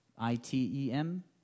I-T-E-M